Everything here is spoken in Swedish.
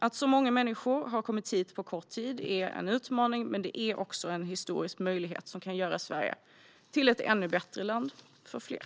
Att så många människor har kommit hit på kort tid är en utmaning, men det är också en historisk möjlighet att göra Sverige till ett ännu bättre land för fler.